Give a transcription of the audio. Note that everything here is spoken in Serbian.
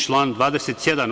Član 27.